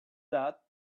that